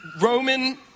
Roman